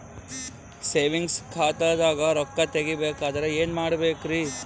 Savings ಖಾತಾದಾಗ ರೊಕ್ಕ ತೇಗಿ ಬೇಕಾದರ ಏನ ಮಾಡಬೇಕರಿ?